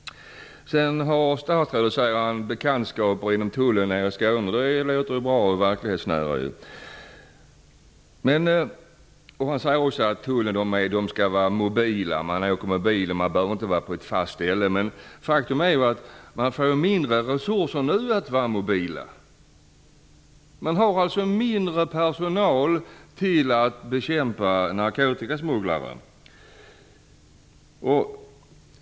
Statsrådet säger att han har bekantskaper inom tullen. Det låter ju bra och verklighetsnära. Han säger också att tullen skall vara mobil. Man åker med bil och behöver inte vara på ett fast ställe. Men faktum är att den nu får mindre resurser att vara mobila. Den har mindre personal till att bekämpa narkotikasmugglare.